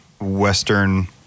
Western